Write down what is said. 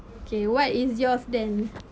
okay what is yours then